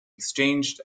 exchanged